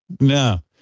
No